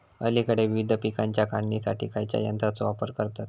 अलीकडे विविध पीकांच्या काढणीसाठी खयाच्या यंत्राचो वापर करतत?